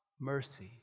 mercy